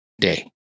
day